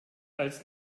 als